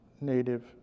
native